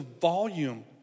volume